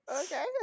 okay